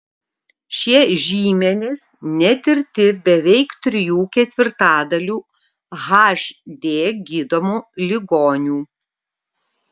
šie žymenys netirti beveik trijų ketvirtadalių hd gydomų ligonių